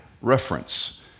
reference